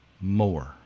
more